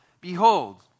Behold